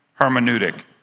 hermeneutic